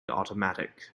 automatic